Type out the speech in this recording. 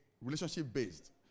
relationship-based